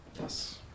Yes